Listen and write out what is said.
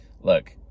look